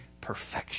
perfection